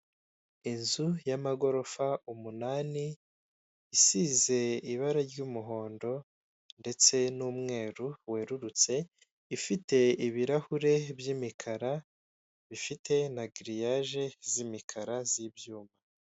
Inzu y'amagorofa umunani isize ibara ry'umuhondo ndetse n'umweru werurutse, ifite ibirahure by'imikara bifite na giriyaje z'imikara z'ibyuma.